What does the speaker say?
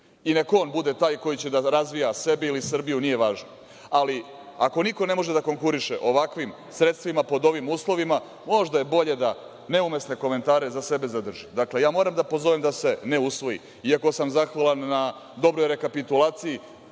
i nek on bude taj koji će da razvija sebe ili Srbiju, nije važno. Ali, ako niko ne može da konkuriše ovakvim sredstvima pod ovim uslovima, možda je bolje da neumesne komentare za sebe zadrži. Dakle, moram da pozovem da se ne usvoji, iako sam zahvalan na dobroj rekapitulaciji